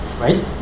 right